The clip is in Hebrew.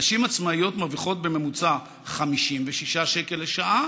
נשים עצמאיות מרוויחות בממוצע 56 שקל לשעה,